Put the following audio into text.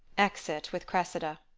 exit with cressida